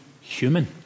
human